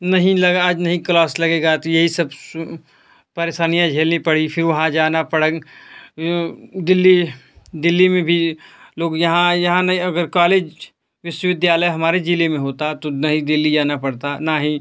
नहीं लगा आज नहीं क्लास लगेगा तो यही सब सुन परेशानियाँ झेलनी पड़ीं फिर वहाँ जाना पड़ा ये दिल्ली दिल्ली में भी लोग यहाँ यहाँ नहीं अगर कालेज विश्वविद्यालय हमारे ज़िले में होता तो नहीं दिल्ली जाना पड़ता ना ही